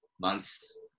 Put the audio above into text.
months